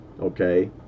okay